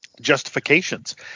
justifications